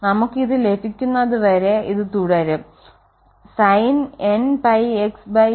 നമുക്ക് ഇത് ലഭിക്കുന്നതുവരെ ഇത് തുടരും sin n𝝥xland cos n𝝥xl